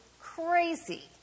crazy